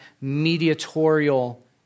mediatorial